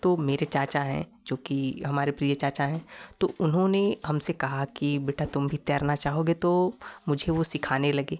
तो मेरे चाचा हैं जो कि हमारे प्रिय चाचा हैं तो उन्होंने हमसे कहा कि बेटा तुम भी तैरना चाहोगे तो मुझे वो सिखाने लगे